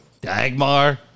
Dagmar